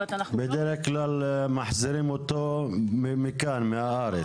בדרך כלל מחזירים אותו מהארץ.